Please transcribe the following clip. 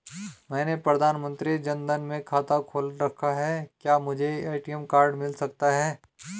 मैंने प्रधानमंत्री जन धन में खाता खोल रखा है क्या मुझे ए.टी.एम कार्ड मिल सकता है?